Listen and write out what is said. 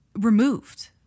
removed